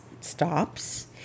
stops